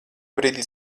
brīdī